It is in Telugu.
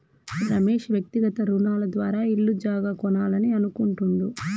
రమేష్ వ్యక్తిగత రుణాల ద్వారా ఇల్లు జాగా కొనాలని అనుకుంటుండు